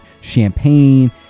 champagne